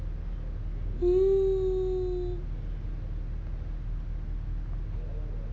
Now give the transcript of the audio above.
hmm